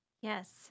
Yes